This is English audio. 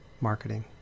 marketing